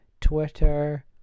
Twitter